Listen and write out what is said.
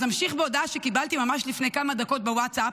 אז אמשיך בהודעה שקיבלתי ממש לפני כמה דקות בווטסאפ.